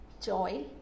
joy